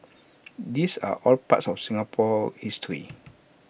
these are all part of Singapore's history